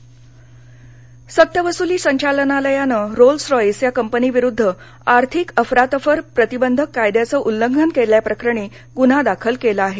Rolls-Royce notice सक्तवसूली संचालनालयान Rolls Royce या कंपनीविरुद्ध आर्थिक अफरातफर प्रतिबंधक कायद्याचे उल्लंघन केल्याप्रकरणी गुन्हा दाखल केला आहे